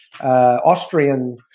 Austrian